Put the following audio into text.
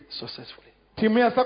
successfully